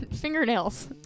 fingernails